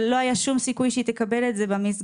אבל לא היה שום סיכוי שהיא תקבל את זה במסגרות.